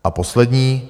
A poslední.